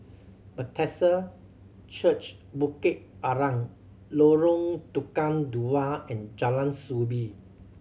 Bethesda Church Bukit Arang Lorong Tukang Dua and Jalan Soo Bee